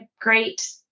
great